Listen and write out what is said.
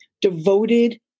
devoted